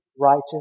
righteous